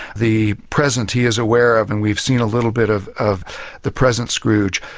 the present he is aware of, and we've seen a little bit of of the present scrooge,